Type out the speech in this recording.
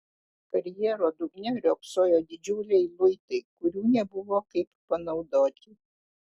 karjero dugne riogsojo didžiuliai luitai kurių nebuvo kaip panaudoti